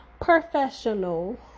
professional